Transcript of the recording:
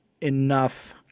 enough